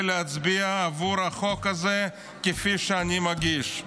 ולהצביע עבור החוק הזה שאני מגיש.